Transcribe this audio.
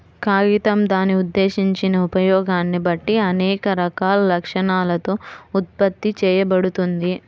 కాగితం దాని ఉద్దేశించిన ఉపయోగాన్ని బట్టి అనేక రకాల లక్షణాలతో ఉత్పత్తి చేయబడుతుంది